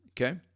okay